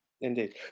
indeed